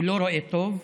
הוא לא רואה טוב.